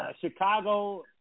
Chicago